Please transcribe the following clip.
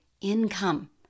income